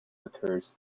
occurs